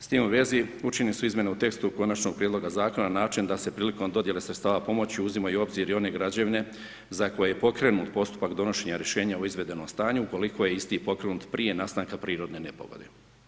S tim u vezi učinjene su izmjene u tekstu konačnog prijedloga zakona na način da se prilikom dodjele sredstava pomoći uzimaju u obzir i one građevine za koje je pokrenut postupak donošenja rješenja o izvedenom stanju ukoliko je isti pokrenut prije nastanka prirodne nepogode.